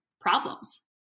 problems